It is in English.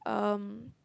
um